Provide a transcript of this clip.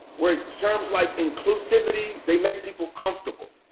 where terms like inclusivity, they make people comfortable.